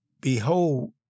Behold